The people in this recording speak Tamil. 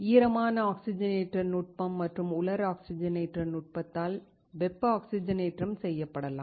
ஈரமான ஆக்ஸிஜனேற்ற நுட்பம் மற்றும் உலர் ஆக்ஸிஜனேற்ற நுட்பத்தால் வெப்ப ஆக்ஸிஜனேற்றம் செய்யப்படலாம்